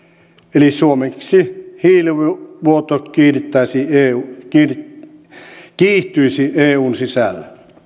eli suomeksi hiilivuoto kiihtyisi eun sisällä